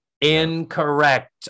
incorrect